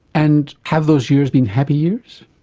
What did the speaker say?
and have those years been happy years?